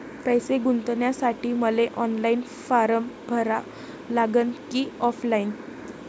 पैसे गुंतन्यासाठी मले ऑनलाईन फारम भरा लागन की ऑफलाईन?